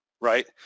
right